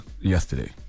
yesterday